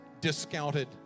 discounted